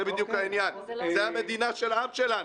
זה בדיוק העניין, זו המדינה של העם שלנו.